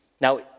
Now